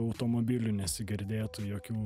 automobilių nesigirdėtų jokių